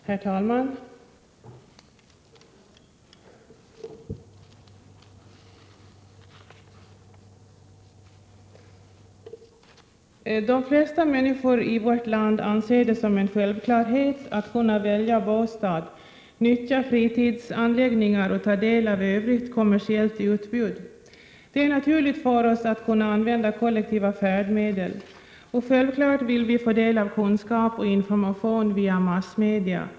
Herr talman! De flesta människor i vårt land anser det vara en självklarhet att kunna välja bostad, nyttja fritidsanläggningar och ta del av övrigt kommersiellt utbud. Det är naturligt för oss att kunna använda kollektiva färdmedel. Självfallet vill vi få del av kunskap och information via massmedia.